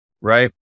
right